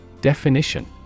Definition